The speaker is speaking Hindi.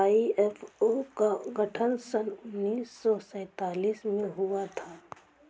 आई.एस.ओ का गठन सन उन्नीस सौ सैंतालीस में हुआ था